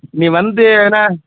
நீ வந்து எதனால்